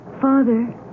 Father